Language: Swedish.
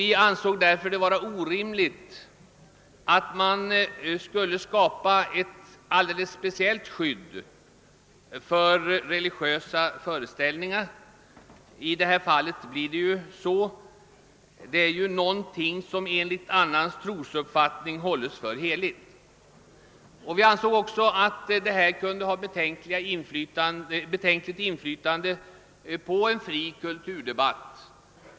Vi ansåg att det skulle vara orimligt, att man skulle skapa ett alldeles speciellt skydd för religiösa föreställningar. I detta fall skulle det ju bli så. Det är någonting som enligt annans trosuppfattning hålls för heligt. Vi ansåg att detta kunde få ett betänkligt inflytande på en fri kulturdebatt.